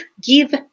give